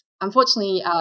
unfortunately